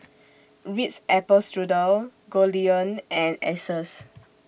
Ritz Apple Strudel Goldlion and Asus